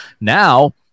now